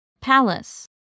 palace